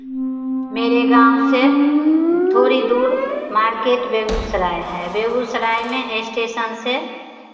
मेरे गाँव से थोड़ी दूर मार्केट बेगूसराय है बेगूसराय में स्टेशन से